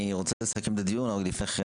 אני רוצה לסכם את הדיון, אבל לפני כן